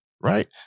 right